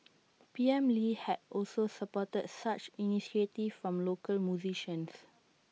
P M lee had also supported such initiatives from local musicians